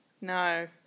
No